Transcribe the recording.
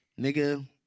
Nigga